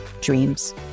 dreams